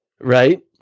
Right